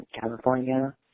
California